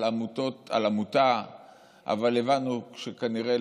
על עמותה שהבנו שכנראה,